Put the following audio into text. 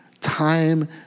time